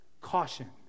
caution